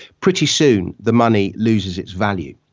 pretty soon the money loses its value.